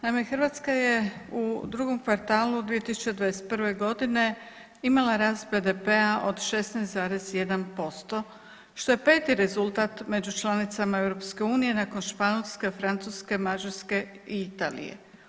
Naime, Hrvatska je u drugom kvartalu 2021.g. imala rast BDP-a od 16,1% što je peti rezultat među članicama EU nakon Španjolske, Francuske, Mađarske i Italije.